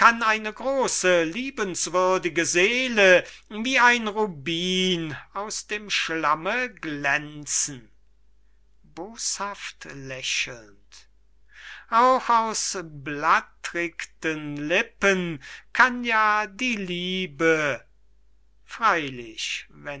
eine grose liebenswürdige seele wie ein rubin aus dem schlamme glänzen boshaft lächelnd auch aus blattrichten lippen kann ja die liebe